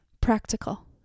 Practical